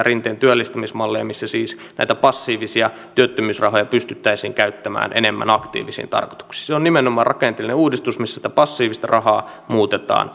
rinteen työllistämismallia missä siis näitä passiivisia työttömyysrahoja pystyttäisiin käyttämään enemmän aktiivisiin tarkoituksiin se on nimenomaan rakenteellinen uudistus missä sitä passiivista rahaa muutetaan